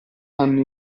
hanno